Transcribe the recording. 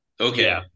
Okay